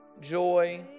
joy